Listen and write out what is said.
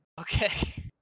okay